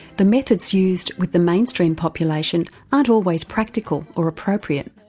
the methods used with the mainstream population aren't always practical or appropriate.